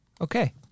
Okay